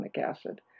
acid